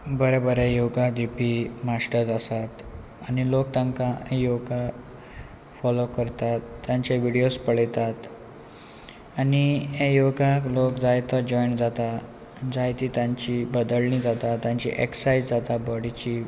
बरे बरे योगा दिवपी मास्टर्स आसात आनी लोक तांकां योगा फोलो करतात तांचे विडियोज पळयतात आनी हे योगाक लोक जाय तो जॉयन्ट जाता जाय ती तांची बदळणी जाता तांची एक्सायज जाता बॉडीची